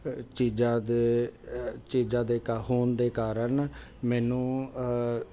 ਚੀਜ਼ਾਂ ਦੇ ਚੀਜ਼ਾਂ ਦੇ ਕਾ ਹੋਣ ਦੇ ਕਾਰਨ ਮੈਨੂੰ